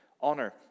honor